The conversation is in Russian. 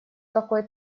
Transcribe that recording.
какой